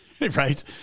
Right